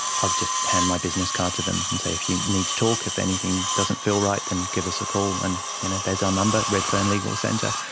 just had my business card to them and say if you need to talk, if anything doesn't feel right, then give us a call and you know there's our number, redfern legal centre.